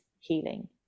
healing